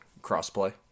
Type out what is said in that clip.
crossplay